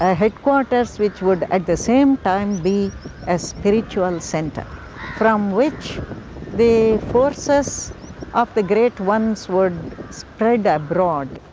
ah headquarters which would at the same time be a spiritual and center from which the forces of the great ones would spread abroad.